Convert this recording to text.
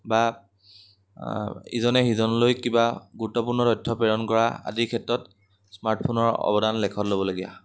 বা ইজনে সিজনলৈ কিবা গুৰুত্বপূৰ্ণ তথ্য প্ৰেৰণ কৰা আদি ক্ষেত্ৰত স্মাৰ্টফোনৰ অৱদান লেখত ল'বলগীয়া